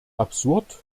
absurd